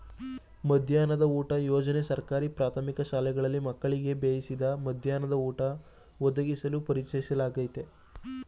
ಮಧ್ಯಾಹ್ನದ ಊಟ ಯೋಜನೆ ಸರ್ಕಾರಿ ಪ್ರಾಥಮಿಕ ಶಾಲೆಗಳಲ್ಲಿ ಮಕ್ಕಳಿಗೆ ಬೇಯಿಸಿದ ಮಧ್ಯಾಹ್ನ ಊಟ ಒದಗಿಸಲು ಪರಿಚಯಿಸ್ಲಾಗಯ್ತೆ